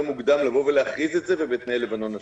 מוקדם לבוא ולהכריז על זה ובתנאי מלחמת לבנון השנייה.